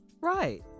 Right